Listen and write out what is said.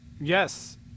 Yes